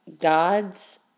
God's